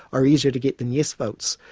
are easier to get than yes votes.